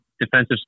defensive